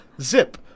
Zip